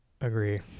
Agree